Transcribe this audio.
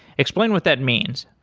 explain what that means.